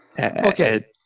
Okay